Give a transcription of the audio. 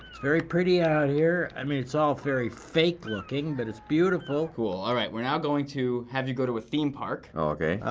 very pretty out here. i mean, it's all very fake-looking, but it's beautiful. cool. all right, we're now going to have you go to a theme park. oh, okay.